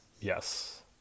Yes